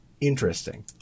interesting